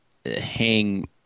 hang